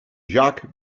jacques